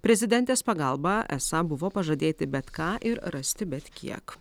prezidentės pagalba esą buvo pažadėti bet ką ir rasti bet kiek